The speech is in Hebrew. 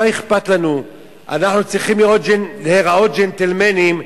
מה אכפת לנו, אנחנו צריכים להיראות ג'נטלמנים,